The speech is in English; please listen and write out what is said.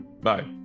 Bye